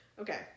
okay